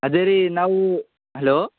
ಅದೆ ರೀ ನಾವು ಹಲೋ